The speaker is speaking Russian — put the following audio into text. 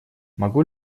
могу